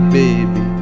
baby